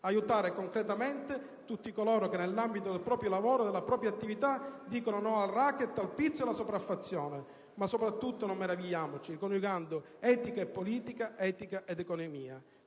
aiutare concretamente tutti coloro che, nell'ambito del proprio lavoro e della propria attività, dicono no al *racket*, al pizzo, alla sopraffazione; ma soprattutto - non meravigliamoci - coniugare nuovamente i binomi etica e politica, etica ed economia.